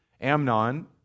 Amnon